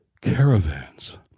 caravans